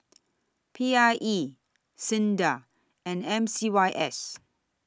P I E SINDA and M C Y S